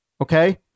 okay